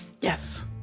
Yes